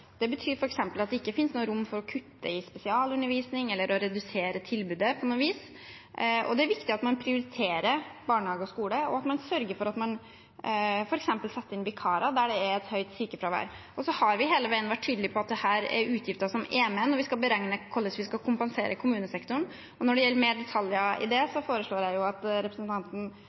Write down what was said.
noe vis. Det er viktig at man prioriterer barnehage og skole og f.eks. sørger for at man setter inn vikarer der det er høyt sykefravær. Så har vi hele veien vært tydelige på at dette er utgifter som er med når vi skal beregne hvordan vi skal kompensere kommunesektoren. Når det gjelder flere detaljer i det, foreslår jeg at representanten